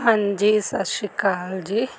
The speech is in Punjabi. ਹਾਂਜੀ ਸਤਿ ਸ਼੍ਰੀ ਅਕਾਲ ਜੀ